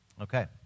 Okay